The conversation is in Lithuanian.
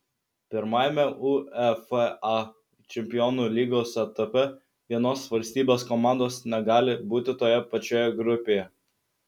pirmajame uefa čempionų lygos etape vienos valstybės komandos negali būti toje pačioje grupėje